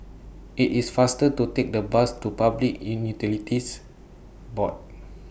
IT IS faster to Take The Bus to Public Board